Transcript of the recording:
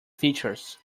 features